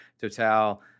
Total